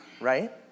right